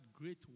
great